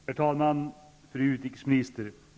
Herr talman! Fru utrikesminister!